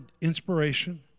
inspiration